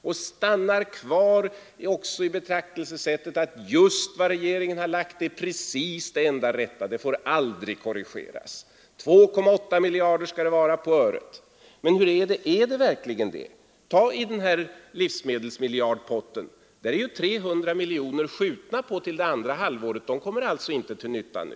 Och det är också trist att han stannar vid uppfattningen att just vad regeringen har föreslagit är precis det enda rätta. Det får aldrig korrigeras. 2,8 miljarder skall det vara på öret. Men är det verkligen det? I livsmedelsmiljardpotten är ju 300 miljoner uppskjutna till det andra halvåret. De kommer alltså inte till nytta nu.